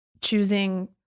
choosing